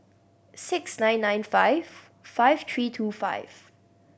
six nine nine five five three two five